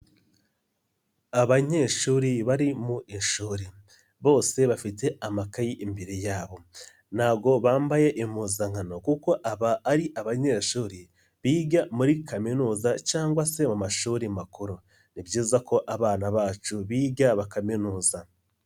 Abanyeshuri bari mu ishuri bose bafite amakayi imbere yabo, ntago bambaye impuzankano kuko aba ari abanyeshuri biga muri kaminuza cyangwa se mu mashuri makuru. Ni byiza ko abana bacu biga bakaminuza.